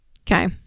Okay